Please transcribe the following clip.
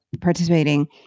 participating